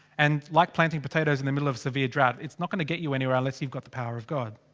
and, like planting potatoes in the middle of severe drought. it's not gonna get you anywhere unless you've got the power of god.